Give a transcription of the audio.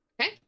Okay